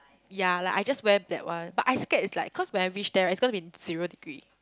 ya like I just wear black [one] but I scared it's like cause when I reach there right it's gonna be zero degree